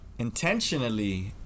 Intentionally